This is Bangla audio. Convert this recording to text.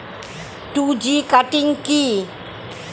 টু জি কাটিং কি?